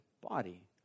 body